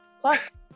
Plus